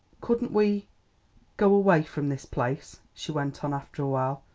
couldn't we go away from this place? she went on after a while.